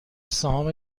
سهام